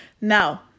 now